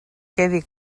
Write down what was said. quedi